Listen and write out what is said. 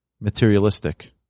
materialistic